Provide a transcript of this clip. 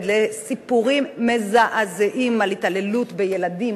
לסיפורים מזעזעים על התעללות בילדים,